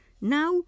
now